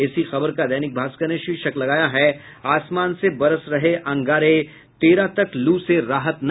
इसी खबर का दैनिक भास्कर ने शीर्षक लगाया है आसमान से बरस रहे अंगारे तेरह तक लू से राहत नहीं